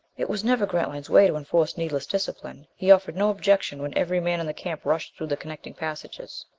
it was never grantline's way to enforce needless discipline. he offered no objection when every man in the camp rushed through the connecting passages.